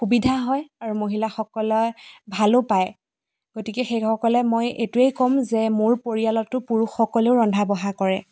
সুবিধা হয় আৰু মহিলাসকলে ভালো পায় গতিকে সেইসকলে মই এইটোৱেই ক'ম যে মোৰ পৰিয়ালতো পুৰুষ সকলেও ৰন্ধা বঢ়া কৰে